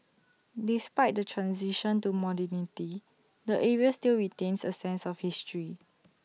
despite the transition to modernity the area still retains A sense of history